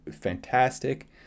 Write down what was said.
fantastic